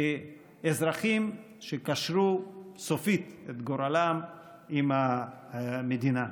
כאזרחים שקשרו סופית את גורלם עם המדינה.